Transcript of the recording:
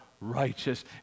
righteous